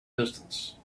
distance